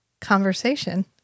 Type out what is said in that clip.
conversation